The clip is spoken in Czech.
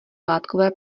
látkové